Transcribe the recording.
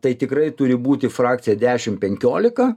tai tikrai turi būti frakcija dešim penkiolika